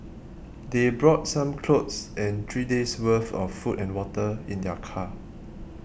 they brought some clothes and three days' worth of food and water in their car